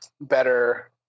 better